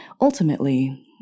ultimately